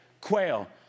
quail